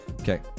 Okay